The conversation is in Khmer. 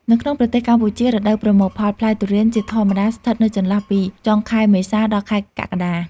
នៅក្នុងប្រទេសកម្ពុជា រដូវប្រមូលផលផ្លែទុរេនជាធម្មតាស្ថិតនៅចន្លោះពី ចុងខែមេសា ដល់ខែកក្កដា។